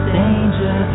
danger